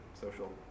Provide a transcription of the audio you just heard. social